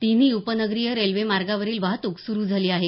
तिन्ही उपनगरीय रेल्वे मार्गावरील वाहतूक सुरू झाली आहे